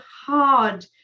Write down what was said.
hard